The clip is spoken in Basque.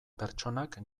pertsonak